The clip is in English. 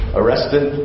arrested